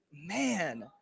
man